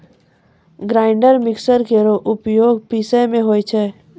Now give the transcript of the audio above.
grinder mixer केरो उपयोग पिसै म होय छै